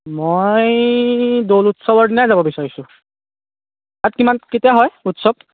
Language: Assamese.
মই দৌল উৎসৱৰ দিনাই যাব বিচাৰিছোঁ তাত কিমান কেতিয়া হয় উৎসৱ